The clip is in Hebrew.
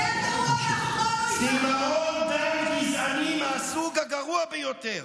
יותר גרוע, צימאון דם גזעני מהסוג הגרוע ביותר.